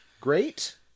great